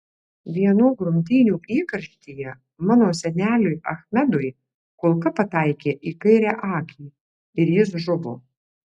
vienų grumtynių įkarštyje mano seneliui achmedui kulka pataikė į kairę akį ir jis žuvo